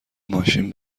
ماشین